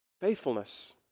faithfulness